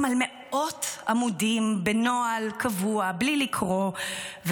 על מאות עמודים בנוהל קבוע בלי לקרוא,